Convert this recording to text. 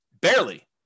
barely